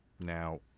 Now